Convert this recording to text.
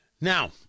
Now